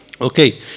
Okay